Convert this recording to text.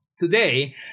Today